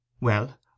Well